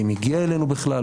האם הגיע אלינו בכלל,